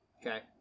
okay